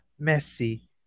Messi